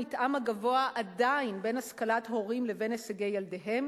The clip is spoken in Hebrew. המתאם הגבוה עדיין בין השכלת הורים לבין הישגי ילדיהם